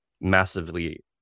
massively